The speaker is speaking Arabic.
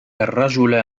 الرجل